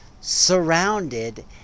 surrounded